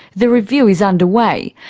the review is underway,